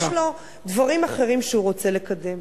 יש לו דברים אחרים שהוא רוצה לקדם.